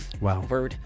Wow